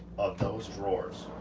of those drawers,